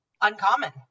uncommon